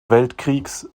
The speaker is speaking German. weltkriegs